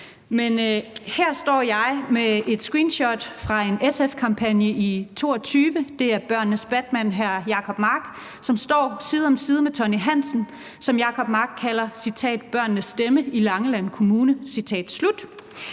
her står jeg med et screenshot fra en SF-kampagne i 2022. Det er børnenes Batman hr. Jacob Mark, som står side om side med Tonni Hansen, som Jacob Mark kalder »børnenes stemme i Langeland Kommune«.